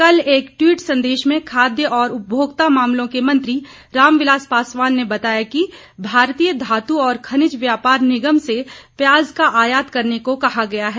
कल एक ट्वीट संदेश में खाद्य और उपभोक्ता मामलों के मंत्री रामविलास पासवान ने बताया कि भारतीय धातु और खनिज व्यापार निगम से प्याज का आयात करने को कहा गया है